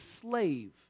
slave